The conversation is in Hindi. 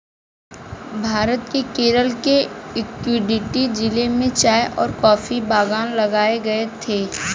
भारत के केरल के इडुक्की जिले में चाय और कॉफी बागान लगाए गए थे